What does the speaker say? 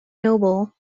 noble